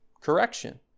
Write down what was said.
correction